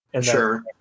Sure